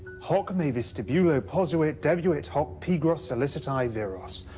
hoc me vestibulo posuit. debuit hoc pigros sollicitae viros.